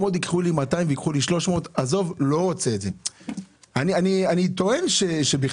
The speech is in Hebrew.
כי הם עוד ייקחו לו 200 וייקחו לו 300. אני טוען שאתם